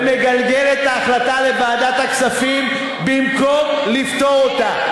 ומגלגל את ההחלטה לוועדת הכספים במקום לפתור אותה.